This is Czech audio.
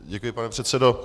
Děkuji, pane předsedo.